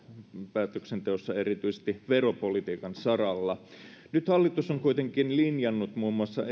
päätöksenteossa erityisesti veropolitiikan saralla nyt hallitus on kuitenkin linjannut muun muassa